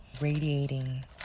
radiating